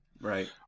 right